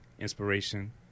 inspiration